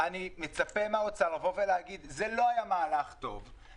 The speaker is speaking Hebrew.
אני מצפה מן האוצר להגיד: זה היה מהלך לא טוב,